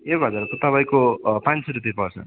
एक हजारको तपाईँको पाँच सौ रुपियाँ पर्छ